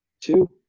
two